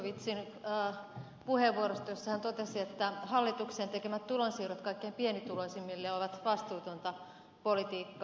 zyskowiczin puheenvuorosta jossa hän totesi että hallituksen tekemät tulonsiirrot kaikkein pienituloisimmille ovat vastuutonta politiikkaa